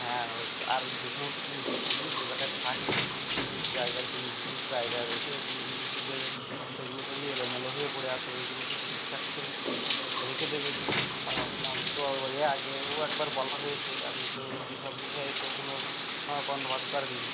হ্যাঁ ওই আর যে সমস্ত জিনিসপত্রগুলো যে জাগায় থাকে যে যে জায়গার জিনিসগুলো জায়গায় রেখে দেবেন সেগুলো তুমি এলোমেলো হয়ে পড়ে আছে ওইগুলোকে ঠিকঠাক করে রেখে দেবেন আপনার তো এ আগেও একবার বলা হয়েছে আপনি তো সেসব বিষয়ে তো কোনো কর্ণপাত করেন নি